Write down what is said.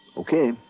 Okay